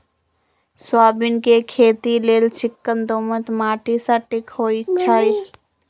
soybean के खेती लेल चिक्कन दोमट माटि सटिक होइ छइ